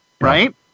right